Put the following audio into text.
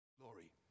glory